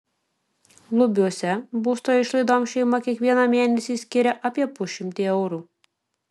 lubiuose būsto išlaidoms šeima kiekvieną mėnesį skiria apie pusšimtį eurų